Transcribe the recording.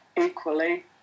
equally